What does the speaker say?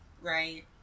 Right